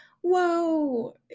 whoa